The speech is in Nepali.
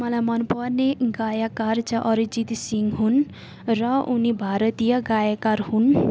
मलाई मनपर्ने गायककार चाहिँ अरिजीत सिंह हुन् र उनी भारतीय गायककार हुन्